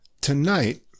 tonight